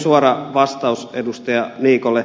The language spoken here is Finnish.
suora vastaus edustaja niikolle